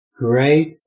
Great